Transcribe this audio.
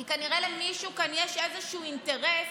כי כנראה למישהו כאן יש איזשהו אינטרס